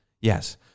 Yes